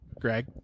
greg